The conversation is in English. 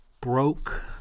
broke